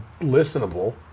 listenable